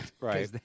Right